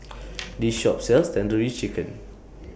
This Shop sells Tandoori Chicken